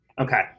Okay